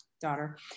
daughter